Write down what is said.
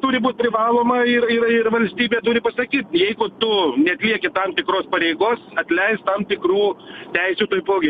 turi būt privaloma ir ir ir valstybė turi pasakyt jeigu tu neatlieki tam tikros pareigos atleisk tam tikrų teisių taipogi